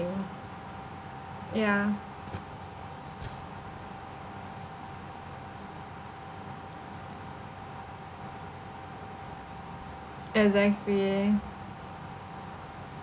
thing yeah exactly